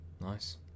nice